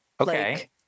Okay